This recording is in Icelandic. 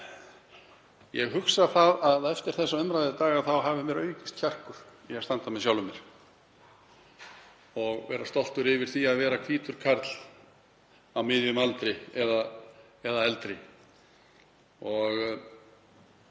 Ég hugsa að eftir þessa umræðu í dag hafi mér aukist kjarkur til að standa með sjálfum mér og vera stoltur af því að vera hvítur karl á miðjum aldri eða eldri. Ég